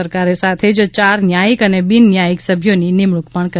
સરકારે સાથે જ ચાર ન્યાયિક અને બિન ન્યાયિક સભ્યોની નિમણૂંક પણ કરી